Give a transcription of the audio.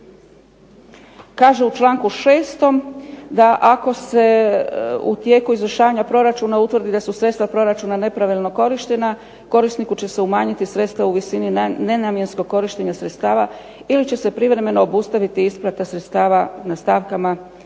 Kaže u članku 6. da ako se u tijeku izvršavanja proračuna utvrdi da su sredstva proračuna nepravilno korištena, korisniku će se umanjiti sredstva u visini nenamjenskog korištenja sredstava ili će se privremeno obustaviti isplata sredstava na stavkama s